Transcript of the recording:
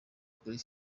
kuri